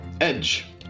Edge